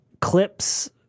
clips